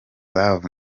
love